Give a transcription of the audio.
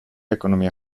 ekonomia